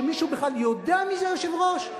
כשמישהו בכלל יודע מי זה היושב-ראש?